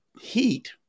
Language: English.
heat